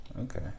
Okay